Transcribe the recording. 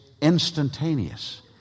instantaneous